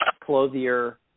clothier